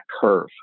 curve